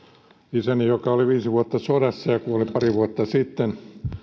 isäni joka oli viisi vuotta sodassa ja kuoli pari vuotta sitten